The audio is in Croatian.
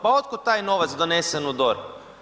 Pa otkud taj novac donesen u DORH?